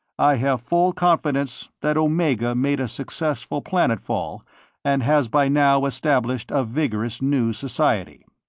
i have full confidence that omega made a successful planetfall and has by now established a vigorous new society.